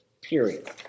period